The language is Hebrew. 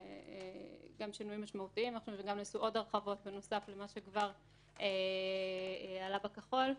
גם שינויים משמעותיים ונעשו עוד הרחבות בנוסף למה שכבר עלה בנוסח הכחול,